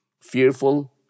Fearful